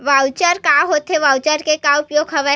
Voucher का होथे voucher के का उपयोग हवय?